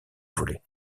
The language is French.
volés